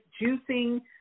juicing